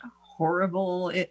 horrible